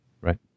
Right